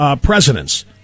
presidents